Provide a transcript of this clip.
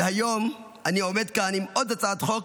והיום אני עומד כאן עם עוד הצעת חוק,